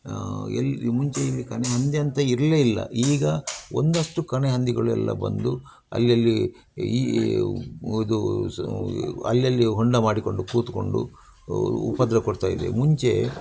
ಎಲ್ಲ ಮುಂಚೆ ಹೀಗೆ ಕಣೆ ಹಂದಿ ಅಂತ ಇರಲೇ ಇಲ್ಲ ಈಗ ಒಂದಷ್ಟು ಕಣೆ ಹಂದಿಗಳೆಲ್ಲ ಬಂದು ಅಲ್ಲಲ್ಲಿ ಈ ಇದು ಸ ಅಲ್ಲಲ್ಲಿ ಹೊಂಡ ಮಾಡಿಕೊಂಡು ಕುತ್ಕೊಂಡು ಉಪದ್ರವ ಕೊಡ್ತಾಯಿದೆ ಮುಂಚೆ